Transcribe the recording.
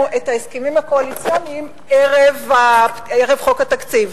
את ההסכמים הקואליציוניים ערב חוק התקציב.